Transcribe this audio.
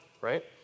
right